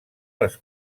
les